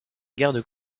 garde